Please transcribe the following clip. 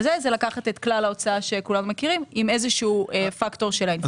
זה לקחת את כלל ההוצאה שכולנו מכירים עם איזשהו פקטור של האינפלציה.